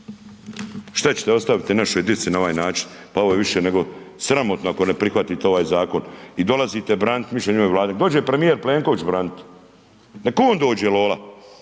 Šta ćete ostaviti našoj djeci na ovaj način? pa ovo je više nego sramotno ako ne prihvatite ovaj zakon i dolazite braniti mišljenje ove Vlade, nek dođe premijer Plenković branit, nek on dođe, lola